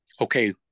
Okay